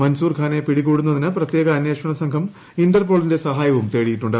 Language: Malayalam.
മൻസൂർഖാനെ പിടികൂടുന്നതിന് പ്രത്യേക അന്വേഷണ സംഘം ഇന്റർപോളിന്റെ സഹായവും തേടിയിട്ടുണ്ട്